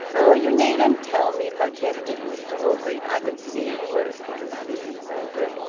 oh! you needn't tell me! protested mr orgreave. i could see you were as thick as thieves over it.